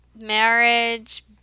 marriage